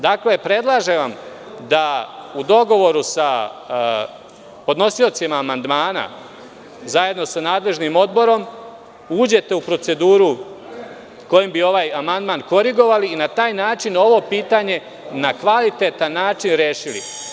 Dakle, predlažem vam da u dogovoru sa podnosiocima amandmana, zajedno sa nadležnim odborom, uđete u proceduru kojom bi ovaj amandman korigovali i na taj način ovo pitanje na kvalitetan način rešili.